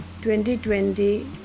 2020